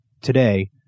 Today